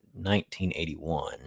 1981